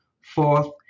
Fourth